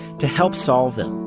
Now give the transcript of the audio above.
to help solve them,